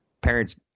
Parents